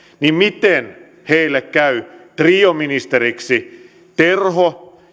niin miten heille käy trioministeriksi terho